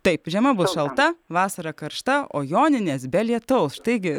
taip žiema bus šalta vasara karšta o joninės be lietaus štai gi